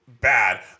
bad